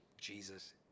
Jesus